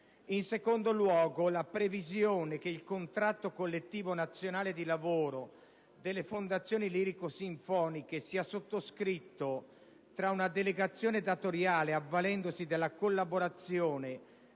In secondo luogo, la previsione che il contratto collettivo nazionale di lavoro delle fondazioni lirico-sinfoniche sia sottoscritto da una delegazione datoriale avvalendosi della collaborazione